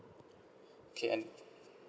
okay and